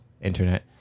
Internet